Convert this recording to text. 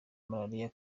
malariya